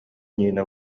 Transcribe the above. нина